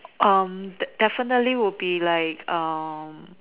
um definitely will be like um